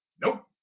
Nope